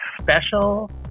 special